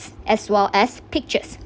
as well as pictures